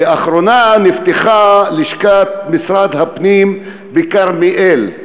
לאחרונה נפתחה לשכת משרד הפנים בכרמיאל,